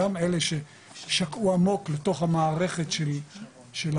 גם אלו ששקעו עמוק לתוך המערכת של ההתמכרויות